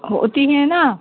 होती हैं ना